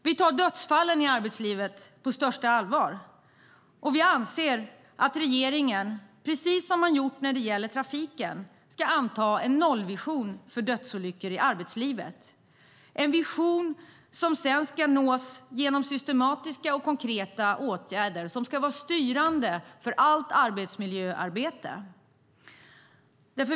Vi tar dödsfallen i arbetslivet på största allvar, och vi anser att regeringen, precis som man har gjort när det gäller trafiken, ska anta en nollvision för dödsolyckor i arbetslivet, en vision som sedan ska nås genom systematiska och konkreta åtgärder som ska vara styrande för allt arbetsmiljöarbete.